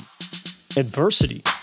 Adversity